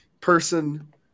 person